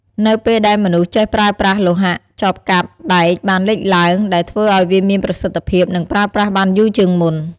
នៅពេលដែលមនុស្សចេះប្រើប្រាស់លោហៈ ចបកាប់ដែកបានលេចឡើង ដែលធ្វើឱ្យវាមានប្រសិទ្ធភាព និងប្រើប្រាស់បានយូរជាងមុន។